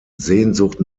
sehnsucht